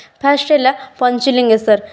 first ହେଲା ପଞ୍ଚଲିଙ୍ଗେଶ୍ୱର